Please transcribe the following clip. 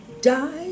die